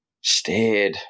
stared